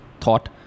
thought